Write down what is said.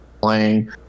playing